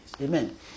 Amen